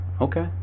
Okay